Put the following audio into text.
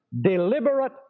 deliberate